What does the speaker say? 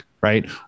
right